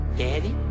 Daddy